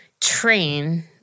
train